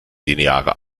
linearer